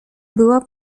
była